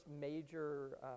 major